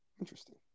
interesting